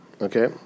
Okay